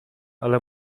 ale